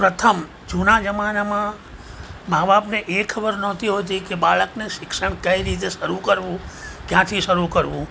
પ્રથમ જૂના જમાનામાં મા બાપને એ ખબર નહોતી હોતી કે બાળકને શિક્ષણ કઈ રીતે શરૂં કરવું ક્યાથી શરૂ કરવું